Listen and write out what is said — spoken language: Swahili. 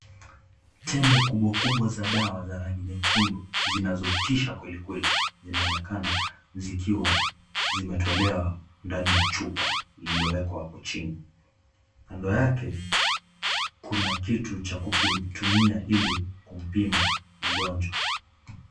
Tembe kubwa kubwa za dawa za rangi nyekundu zinazotisha kwelikweli, zinaonekana zikiwa zimetolewa ndani ya chupa lililowekwa hapo chini, kando yake kuna kitu cha kutumia ili kumpima mgonjwa.